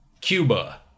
Cuba